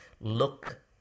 look